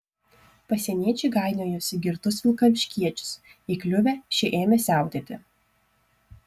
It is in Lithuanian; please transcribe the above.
pasieniečiai gainiojosi girtus vilkaviškiečius įkliuvę šie ėmė siautėti